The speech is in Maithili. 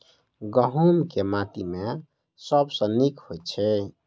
गहूम केँ माटि मे सबसँ नीक होइत छै?